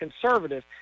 conservative